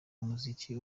umuziki